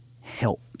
help